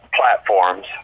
platforms